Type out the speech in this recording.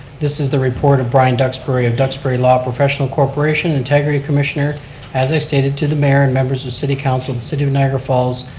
this is the report of brian duxbury, of duxbury law professional corporation, integrity commissioner as i stated to the mayor and members of city council, the city of niagara falls.